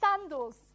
sandals